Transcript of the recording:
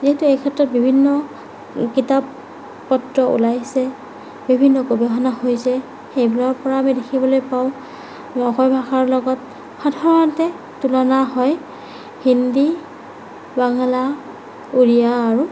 যিহেতু এইক্ষেত্ৰত বিভিন্ন কিতাপ পত্ৰ ওলাইছে বিভিন্ন গৱেষণা হৈছে সেইবোৰৰ পৰা আমি দেখিবলৈ পাওঁ আমাৰ অসমীয়া ভাষাৰ লগত সাধাৰণতে তুলনা হয় হিন্দী বাঙালা উৰিয়া আৰু